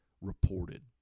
reported